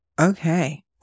Okay